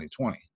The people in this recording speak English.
2020